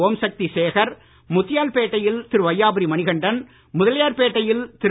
ஓம்சக்தி சேகர் முத்தியால்பேட்டையில் திரு வையாபுாி மணிகண்டன் முதலியார்பேட்டையில் திரு